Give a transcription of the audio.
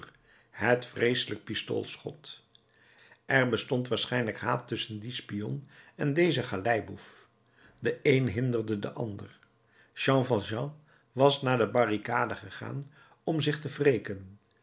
het vreeselijk pistoolschot er bestond waarschijnlijk haat tusschen dien spion en dezen galeiboef de een hinderde den ander jean valjean was naar de barricade gegaan om zich te wreken